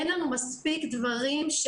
אין לנו מספיק דברים,